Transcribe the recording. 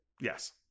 Yes